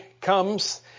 comes